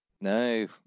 No